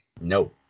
no